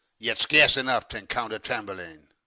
yet scarce enough t' encounter tamburlaine.